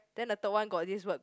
then the third one got this word